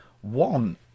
One